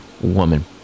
Woman